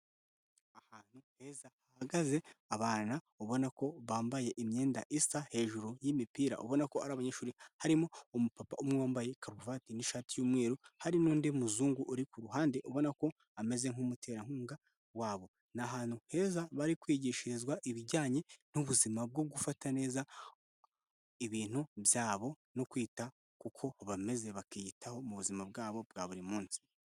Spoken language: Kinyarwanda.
Ahantu heza hahagaze abana ubona ko bambaye imyenda isa hejuru y’imipira ubona ko ari abanyeshuri harimo umupapa umwe wambaye karuvati n'ishati y'umweru hari n'undi muzungu uri ku ruhande ubona ko ameze nk'umuterankunga wabo ni ahantu heza bari kwigishirizwa ibijyanye nubuzima bwo gufata neza ibintu byabo no kwita kuko bameze bakiyitaho mu buzima bwabo bwa buri munsi.